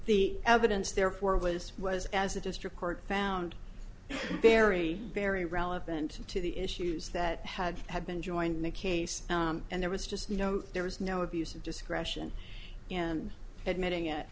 evidence therefore was was as a district court found very very relevant to the issues that had have been joined the case and there was just you know there was no abuse of discretion in admitting it